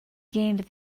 gained